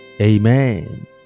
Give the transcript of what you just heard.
Amen